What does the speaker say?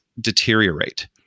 deteriorate